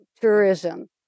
tourism